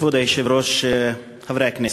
כבוד היושב-ראש, חברי הכנסת.